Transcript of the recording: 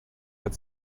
hat